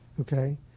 okay